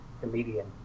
comedian